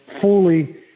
fully